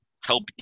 help